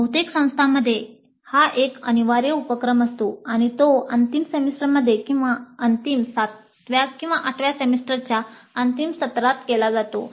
बहुतेक संस्थांमध्ये हा एक अनिवार्य उपक्रम असतो आणि तो अंतिम सेमेस्टरमध्ये किंवा अंतिम 7 व 8 व्या सेमेस्टरच्या अंतिम सत्रात केला जातो